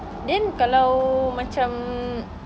then kalau macam